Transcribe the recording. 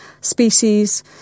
species